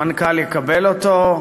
המנכ"ל יקבל אותו,